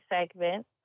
segment